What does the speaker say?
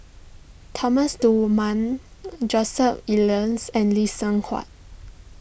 Thomas Dunman Joseph Elias and Lee Seng Huat